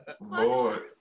Lord